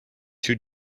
two